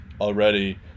already